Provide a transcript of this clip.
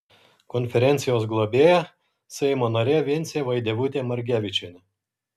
konferencijos globėja seimo narė vincė vaidevutė margevičienė